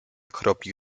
kropli